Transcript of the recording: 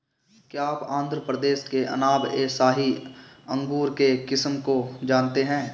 क्या आप आंध्र प्रदेश के अनाब ए शाही अंगूर के किस्म को जानते हैं?